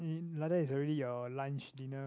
e~ like that is already your lunch dinner